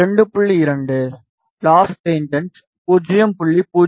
2 loss tangent 0